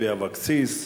לוי אבקסיס.